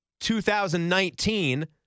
2019